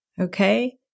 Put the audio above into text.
Okay